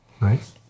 Right